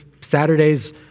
Saturdays